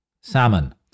Salmon